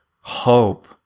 hope